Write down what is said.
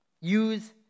use